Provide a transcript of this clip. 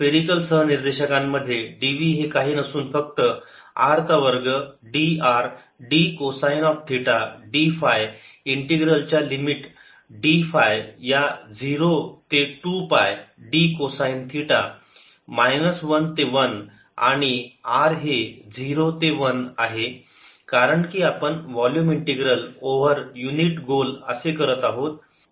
spherical सहनिर्देशांकामध्ये D v हे काही नसून फक्त r चा वर्ग d r d cosine of theta d phi integral च्या लिमिट d फाय या 0 ते 2 पाय d कोसाइन थिटा 1 ते 1 आणि r हे 0 ते 1 आहे कारण की आपण वोल्युम इंटीग्रल ओव्हर युनिट गोल असे करत आहोत